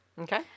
okay